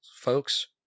folks